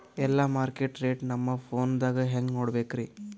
ಎಲ್ಲಾ market rate ನಮ್ ಫೋನದಾಗ ಹೆಂಗ ನೋಡಕೋಬೇಕ್ರಿ?